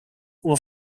were